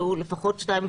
לפחות שתיים,